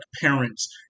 parents